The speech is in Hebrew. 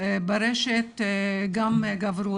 ברשת גם גברו.